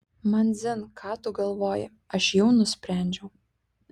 man dzin ką tu galvoji aš jau nusprendžiau